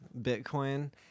Bitcoin